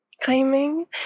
Claiming